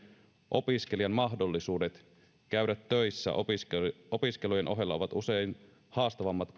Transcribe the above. opiskelijan mahdollisuudet käydä töissä opiskelujen ohella ovat usein haastavammat